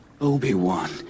Obi-Wan